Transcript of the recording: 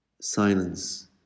silence